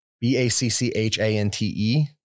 B-A-C-C-H-A-N-T-E